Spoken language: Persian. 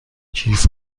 کیف